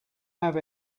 have